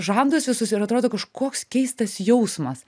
žandus visus ir atrodo kažkoks keistas jausmas